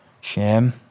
shame